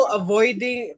avoiding